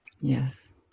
Yes